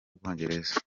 bwongereza